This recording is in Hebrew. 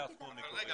עכשיו.